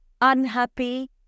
Unhappy